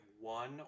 one